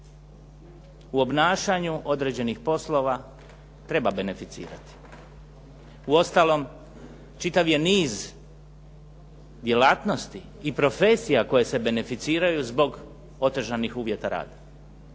u obnašanju određenih poslova treba beneficirati. Uostalom, čitav je niz djelatnosti i profesija koje se beneficiraju zbog otežanog uvjeta rada.